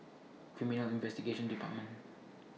Criminal Investigation department